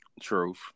Truth